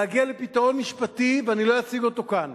להגיע לפתרון משפטי, ואני לא אציג אותו כאן,